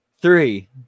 three